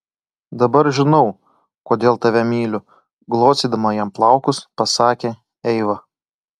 dabar žinau kodėl tave myliu glostydama jam plaukus pasakė eiva